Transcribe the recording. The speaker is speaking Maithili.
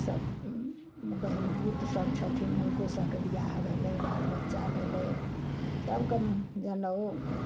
सब बहिन पुत सब छथिन हुनको सबके विवाह भेलै बालबच्चा भेलै सबके जनउ